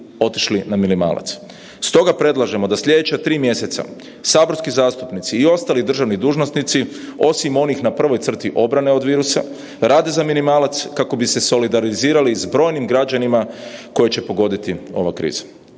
otišli na minimalac. Stoga predlažemo da sljedeća tri mjeseca saborski zastupnici i ostali državni dužnosnici, osim onih na prvoj crti obrane od virusa, rade za minimalac kako bi se solidarizirali sa brojnim građanima koje će pogoditi ova kriza,